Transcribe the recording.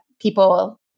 people